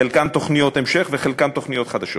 חלקן תוכניות המשך וחלקן תוכניות חדשות.